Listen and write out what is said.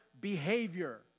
behavior